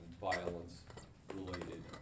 violence-related